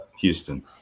Houston